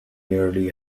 nearly